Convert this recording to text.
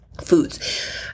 foods